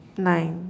nine